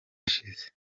ishize